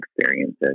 experiences